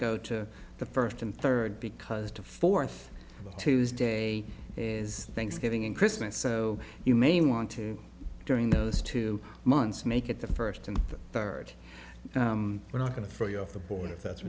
go to the first and third because to fourth tuesday is thanksgiving and christmas so you may want to during those two months make it the first and start you're not going to throw you off the board if that's